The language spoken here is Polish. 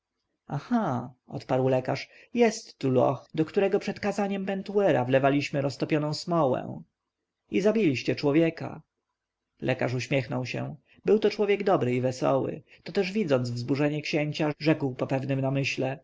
aha odparł lekarz jest tu loch do którego przed kazaniem pentuera wlewaliśmy roztopioną smołę i zabiliście człowieka lekarz uśmiechnął się był to człowiek dobry i wesoły to też widząc oburzenie księcia rzekł po pewnym namyśle